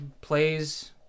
plays